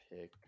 pick